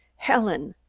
helen!